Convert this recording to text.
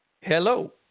Hello